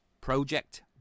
Project